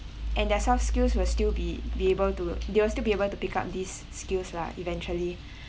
and their soft skills will still be be able to they will still be able to pick up these skills lah eventually